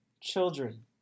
children